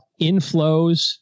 inflows